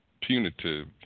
punitive